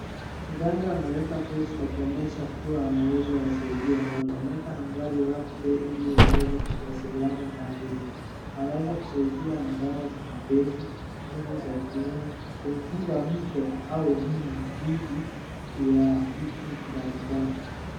Mganga ameweka posta kuonyesha kuwa anaweza wasaidia watu, ameeka nambari wake ili waweze kuwasiliana na yeye. Anaweza kusaidia na dawa za mapenzi, nguvu za kiume, kumfunga mke au mume dhidi ya vitu mbalimbali.